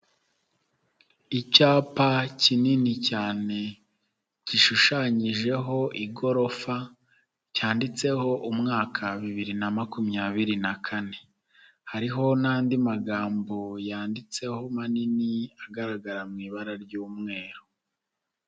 Icyapa kinini cyane gishushanyijeho igorofa cyanditseho umwaka bibiri na makumyabiri na kane hariho n'andi magambo yanditseho manini agaragara mu ibara ry'umweru.